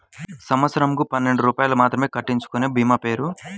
సంవత్సరంకు పన్నెండు రూపాయలు మాత్రమే కట్టించుకొనే భీమా పేరు?